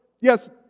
yes